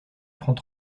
prends